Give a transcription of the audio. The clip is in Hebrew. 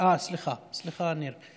סליחה, סליחה, ניר.